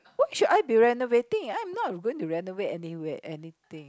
why should I be renovating I am not going to renovate anywhere anything